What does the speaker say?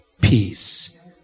peace